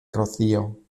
rocío